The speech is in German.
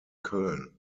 köln